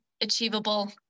achievable